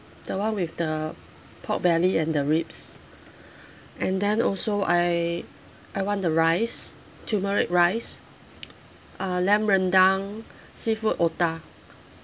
the one with the pork belly and the ribs and then also I I want the rice turmeric rice uh lamb rendang seafood otak